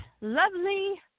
Lovely